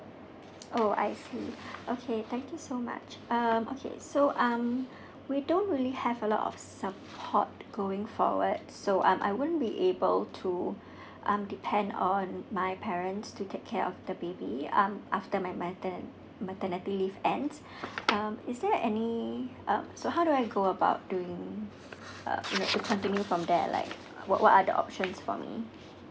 oh I see okay thank you so much um okay so um we don't really have a lot of support going forward so um I won't be able to um depend on my parents to take care of the baby um after my mater~ maternity leave ends um is there any uh so how do I go about doing uh con~ continue from that like what what are the options for me